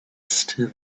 still